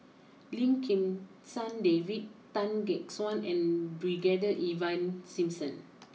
Lim Kim San David Tan Gek Suan and Brigadier Ivan Simson